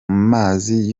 mazi